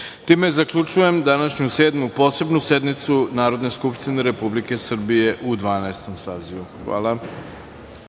zaključujem današnju Sedmu posebnu sednicu Narodne skupštine Republike Srbije u Dvanaestom sazivu. Hvala.